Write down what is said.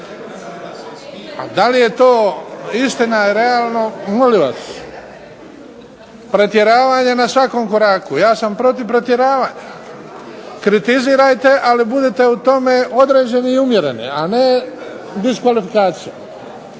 A da li je to istina realno, molim vas. Pretjeravanje na svakom koraku. Ja sam protiv pretjeravanja. Kritizirajte ali budite u tome određeni i umjereni a ne diskvalifikacijom.